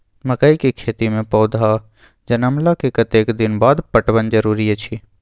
मकई के खेती मे पौधा जनमला के कतेक दिन बाद पटवन जरूरी अछि?